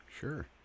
Sure